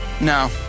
no